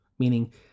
meaning